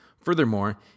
Furthermore